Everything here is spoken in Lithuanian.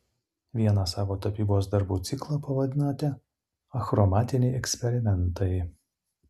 vieną savo tapybos darbų ciklą pavadinote achromatiniai eksperimentai